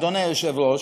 אדוני היושב-ראש,